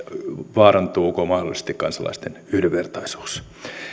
vaarantuuko mahdollisesti kansalaisten yhdenvertaisuus